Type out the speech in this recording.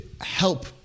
help